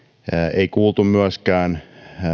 ei kuultu myöskään